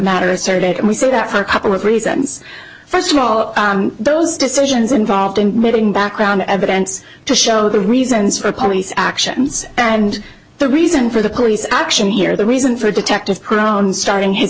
matter asserted and we say that for a couple of reasons first of all all of those decisions involved in moving background evidence to show the reasons for police actions and the reason for the police action here the reason for detective crown starr in his